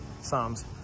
Psalms